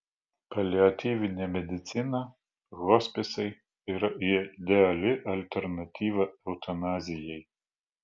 paliatyvinė medicina hospisai yra ideali alternatyva eutanazijai